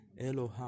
Elohim